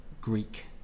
greek